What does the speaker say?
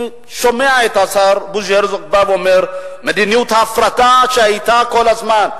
אני שומע את השר בוז'י הרצוג בא ואומר: מדיניות הפרטה שהיתה כל הזמן,